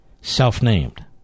self-named